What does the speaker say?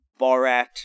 borat